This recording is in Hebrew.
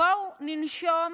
בואו ננשום